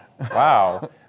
wow